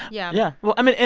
yeah yeah well, i mean, and